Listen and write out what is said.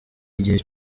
igihe